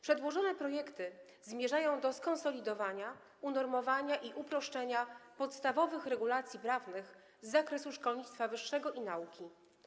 Przedłożone projekty zmierzają do skonsolidowania, unormowania i uproszczenia podstawowych regulacji prawnych z zakresu szkolnictwa wyższego i nauki.